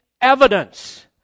evidence